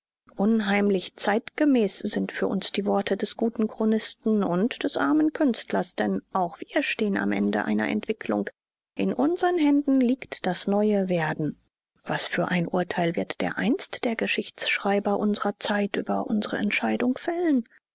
unheimlich zeitgemäß sind für uns die worte des guten chronisten und des armen künstlers denn auch wir stehen am ende einer entwicklung in unsern händen liegt das neue werden was für ein urteil wird dereinst der geschichtsschreiber unserer zeit über unsere entscheidung fällen